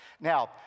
Now